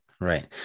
Right